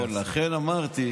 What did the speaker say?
נכון, לכן אמרתי,